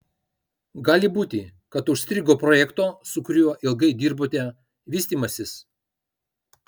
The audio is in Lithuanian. gali būti kad užstrigo projekto su kuriuo ilgai dirbote vystymasis